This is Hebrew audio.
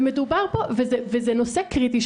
זה נושא קריטי,